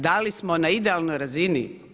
Da li smo na idealnoj razini?